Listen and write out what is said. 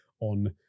on